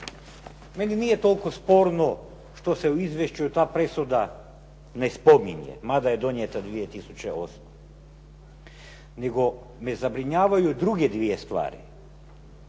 Meni nije toliko sporno što se u izvješću ta presuda ne spominje, mada je donijeta 2008., nego me zabrinjavaju druge dvije stvari.